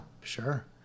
sure